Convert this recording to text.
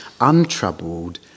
untroubled